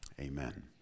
amen